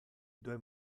due